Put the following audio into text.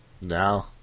No